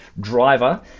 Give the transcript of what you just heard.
driver